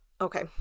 Okay